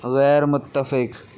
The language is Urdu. غیر متفق